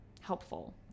helpful